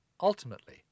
Ultimately